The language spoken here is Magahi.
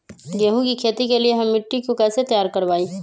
गेंहू की खेती के लिए हम मिट्टी के कैसे तैयार करवाई?